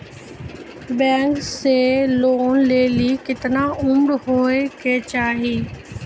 Bank से loan लेली केतना उम्र होय केचाही?